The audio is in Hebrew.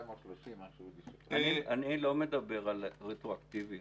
אני לא מדבר על שינוי רטרואקטיבי.